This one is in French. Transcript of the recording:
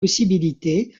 possibilités